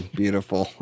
beautiful